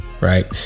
right